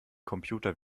computer